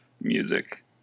music